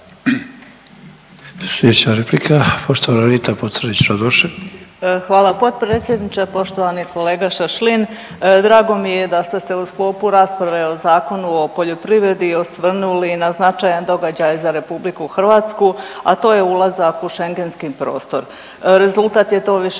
**Pocrnić-Radošević, Anita (HDZ)** Hvala potpredsjedniče. Poštovani kolega Šašlin, drago mi je da ste se u sklopu rasprave o Zakonu o poljoprivredi osvrnuli na značajan događaj za Republiku Hrvatsku, a to je ulazak u Schengenski prostor. Rezultat je to